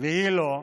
והיא לא,